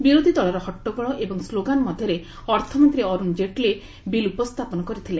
ବିରୋଧି ଦଳର ହଟ୍ଟଗୋଳ ଏବଂ ସ୍କୋଗାନ୍ ମଧ୍ୟରେ ଅର୍ଥମନ୍ତ୍ରୀ ଅରୁଣ ଜେଟ୍ଲୀ ବିଲ୍ ଉପସ୍ଥାପନ କରିଥିଲେ